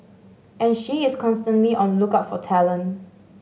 and she is constantly on lookout for talent